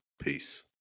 peace